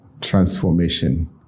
transformation